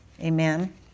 Amen